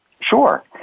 Sure